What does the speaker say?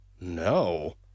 No